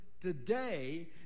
today